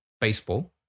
baseball